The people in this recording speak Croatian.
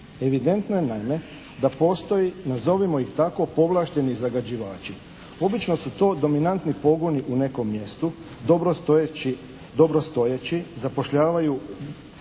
Evidentno je naime da postoji nazovimo ih tako povlašteni zagađivači. Obično su to dominantni pogoni u nekom mjestu, dobrostojeći, zapošljavaju